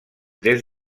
des